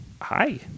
hi